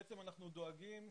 אני רוצה